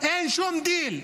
אין שום דיל.